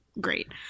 great